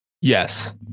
Yes